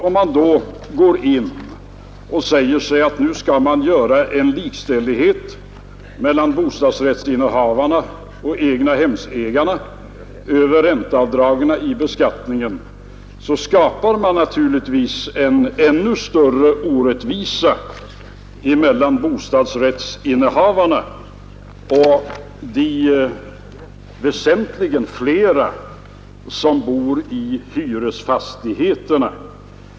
Om man under dessa förhållanden vill införa en likställighet mellan bostadsrättsinnehavarna och egnahemsägarna genom ränteavdragen i beskattningen, skapar man naturligtvis en ännu större orättvisa mellan bostadsrättsinnehavarna och de väsentligen flera som bor i hyresfastigheterna.